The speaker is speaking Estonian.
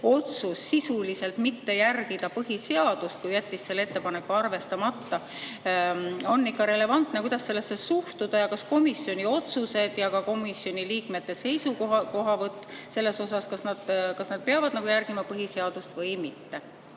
otsus sisuliselt mitte järgida põhiseadust, kui ta jättis selle ettepaneku arvestamata, on relevantne? Kuidas sellesse suhtuda? Kas komisjoni otsused ja komisjoni liikmete seisukohavõtud peavad järgima põhiseadust või mitte?